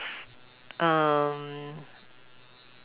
um